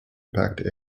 packed